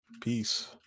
Peace